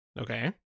Okay